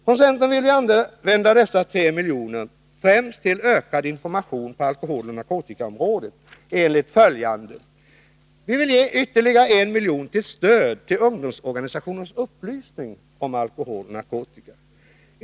Från centern vill vi använda dessa 3 miljoner främst till ökad information på alkoholoch narkotikaområdet enligt följande fördelning: Vi vill ge ytterligare 1 milj.kr. som stöd till ungdomsorganisationernas upplysning om alkohol och narkotika.